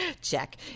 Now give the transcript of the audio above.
Check